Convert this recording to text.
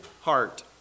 heart